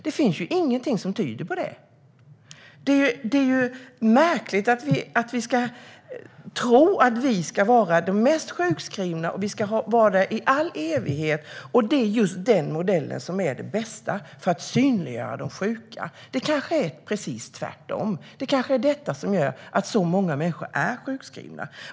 Det finns ingenting som tyder på det. Det är märkligt att vi ska tro att vi ska vara de mest sjukskrivna, att vi ska vara det i all evighet och att det är just den modellen som är den bästa för att synliggöra de sjuka. Det kanske är precis tvärtom. Det kanske är detta som gör att så många människor är sjukskrivna.